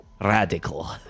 Radical